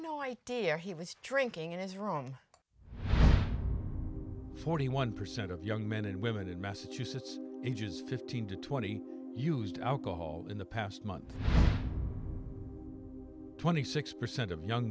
no idea he was drinking it is wrong forty one percent of young men and women in massachusetts ages fifteen to twenty used alcohol in the past month twenty six percent of young